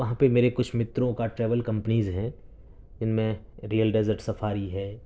وہاں پہ میرے کچھ متروں کا ٹریول کمپنیز ہے جن میں ریئل ڈیزرٹ سفاری ہے